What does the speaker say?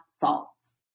salts